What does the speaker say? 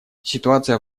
ситуация